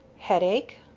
headache?